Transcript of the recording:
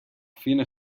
fine